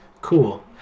cool